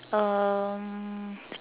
um